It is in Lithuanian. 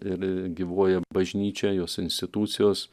ir gyvuoja bažnyčia jos institucijos